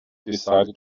decided